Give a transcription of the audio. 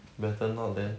better not then